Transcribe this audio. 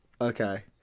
Okay